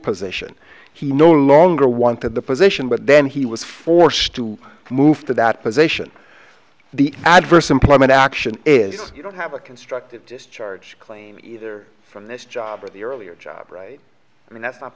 position he no longer wanted the position but then he was forced to move to that position the adverse employment action if you don't have a constructive discharge claim either from this job or the earlier job right and that's not